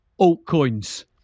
altcoins